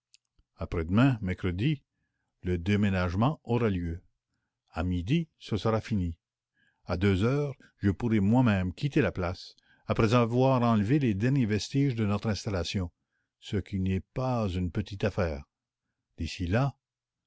après-demain mercredi lé déménagement aura lieu à midi ce sera fini à deux heures je pourrai moi-même quitter la place après avoir enlevé les derniers vestiges de notre installation ce qui n'est pas une petite affaire d'ici là